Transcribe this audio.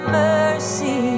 mercy